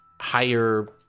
higher